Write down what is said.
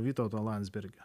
vytauto landsbergio